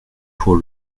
pour